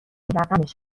رقمش